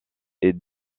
est